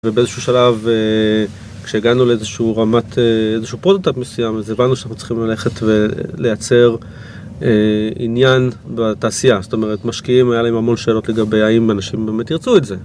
ובאיזשהו שלב, כשהגענו לאיזשהו רמת, איזשהו פרוטטאפ מסוים, הבנו שאנחנו צריכים ללכת ולייצר עניין בתעשייה. זאת אומרת, משקיעים, היה להם המון שאלות לגבי האם האנשים באמת ירצו את זה.